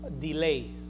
Delay